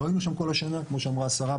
לא היינו שם כל השנה כמו שאמרה השרה,